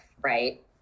right